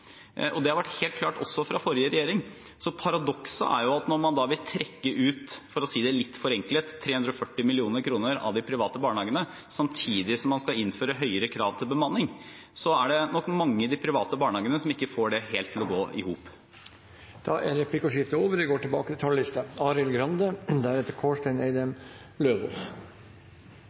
Det har vært helt klart også fra forrige regjering. Paradokset er at når man da vil trekke ut – for å si det litt forenklet – 340 mill. kr av de private barnehagene, samtidig som man skal innføre høyere krav til bemanning, er det nok mange i de private barnehagene som ikke får det til å gå helt i hop. Replikkordskiftet er